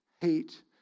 hate